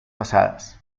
pasadas